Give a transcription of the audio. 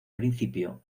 principio